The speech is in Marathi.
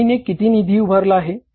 कंपनीने किती निधी उभारला आहे